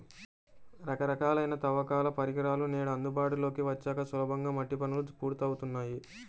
రకరకాలైన తవ్వకాల పరికరాలు నేడు అందుబాటులోకి వచ్చాక సులభంగా మట్టి పనులు పూర్తవుతున్నాయి